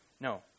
No